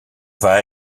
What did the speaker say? vas